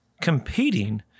competing